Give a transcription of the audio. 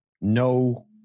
no